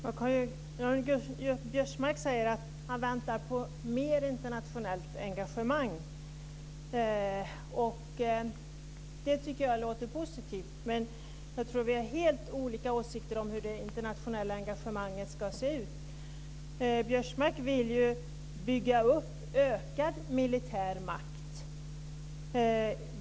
Herr talman! Karl-Göran Biörsmark säger att han väntar på mer internationellt engagemang. Det låter positivt, men jag tror att vi har helt olika åsikter om hur det internationella engagemanget ska se ut. Biörsmark vill ju bygga upp ökad militär makt.